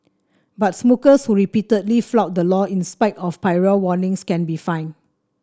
but smokers who repeatedly flout the law in spite of prior warnings can be fined